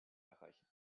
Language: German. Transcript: erreichen